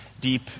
deep